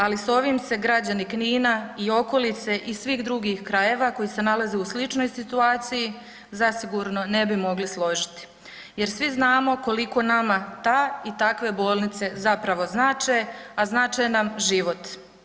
Ali s ovim se građani Knina i okolice i svih drugih krajeva koji se nalaze u sličnoj situaciji zasigurno ne bi mogli složiti, jer svi znamo koliko nama ta i takve bolnice zapravo znače a znače nam život.